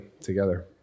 together